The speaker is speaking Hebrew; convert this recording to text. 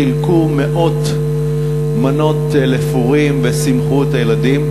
חילקו מאות מנות לפורים ושימחו את הילדים.